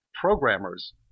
programmers